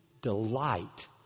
delight